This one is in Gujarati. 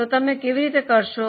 તો તમે કેવી રીતે કરશો